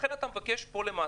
לכן אתה מבקש פה למעשה,